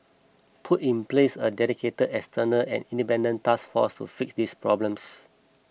put in place a dedicated external and independent task force to fix these problems